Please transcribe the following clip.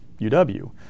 UW